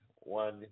one